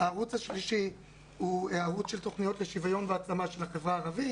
הערוץ השלישי הוא תוכניות לשוויון והעצמה של החברה הערבית.